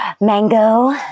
mango